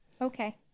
Okay